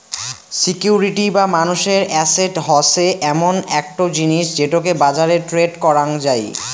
security বা মানুষের asset হসে এমন একটো জিনিস যেটোকে বাজারে ট্রেড করাং যাই